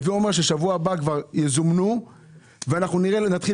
הווה א מר שבשבוע הבא כבר יזומנו ואנחנו נתחיל